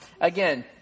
again